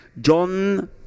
John